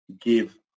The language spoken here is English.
give